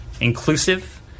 inclusive